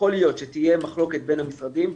יכול להיות שתהיה מחלוקת בין המשרדים,